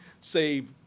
save